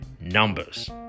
numbers